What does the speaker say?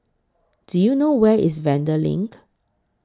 Do YOU know Where IS Vanda LINK